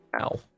Ow